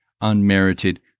unmerited